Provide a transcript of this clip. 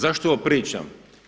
Zašto ovo pričam?